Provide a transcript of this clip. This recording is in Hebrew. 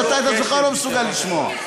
שאת עצמך אתה לא מסוגל לשמוע.